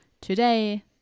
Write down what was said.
today